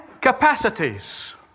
capacities